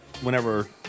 whenever